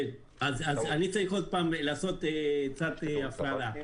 אני צריך עוד פעם לעשות קצת הפרדה.